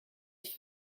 ich